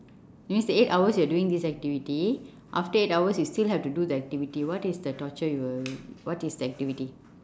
means eight hours you are doing this activity after eight hours you still have to do the activity what is the torture you will what is the activity